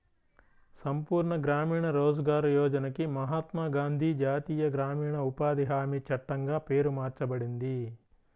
సంపూర్ణ గ్రామీణ రోజ్గార్ యోజనకి మహాత్మా గాంధీ జాతీయ గ్రామీణ ఉపాధి హామీ చట్టంగా పేరు మార్చబడింది